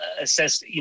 assess